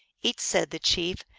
eat, said the chief,